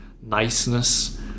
niceness